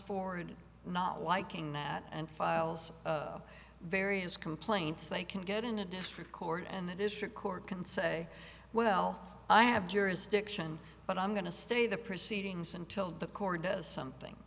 forward not liking that and files various complaints they can get in a district court and the district court can say well i have jurisdiction but i'm going to stay the proceedings until the court does something